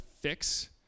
fix